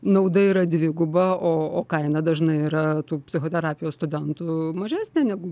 nauda yra dviguba o o kaina dažnai yra tų psichoterapijos studentų mažesnė negu